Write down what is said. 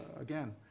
again